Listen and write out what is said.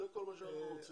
זה כל מה שאנחנו רוצים.